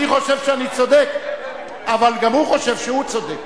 אני חושב שאני צודק אבל גם הוא חושב שהוא צודק.